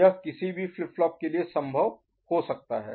यह किसी भी फ्लिप फ्लॉप के लिए संभव हो सकता है